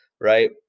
right